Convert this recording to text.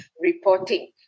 reporting